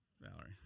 Valerie